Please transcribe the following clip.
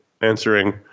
answering